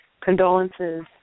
condolences